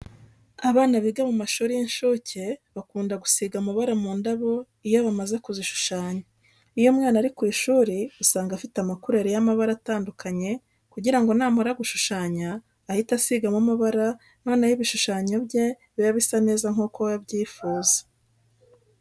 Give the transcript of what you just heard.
Abana biga mu mashuri y'inshuke bakunda gusiga amabara mu ndabo iyo bamaze kuzishushanya. Iyo umwana ari ku ishuri usanga afite amakureri y'amabara atandukanye kugira ngo namara gushushanya ahite asigamo amabara noneho ibishushanyo bye bibe bisa neza nk'uko we abyifuza.